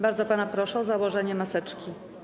Bardzo pana proszę o założenie maseczki.